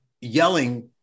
yelling